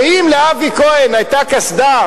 שאם לאבי כהן היתה קסדה,